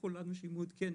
תוכיחו לנו שהיא מעודכנת.